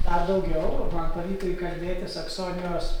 dar daugiau man pavyko įkalbėti saksonijos